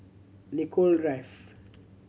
Nicoll Drive